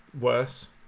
Worse